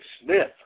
Smith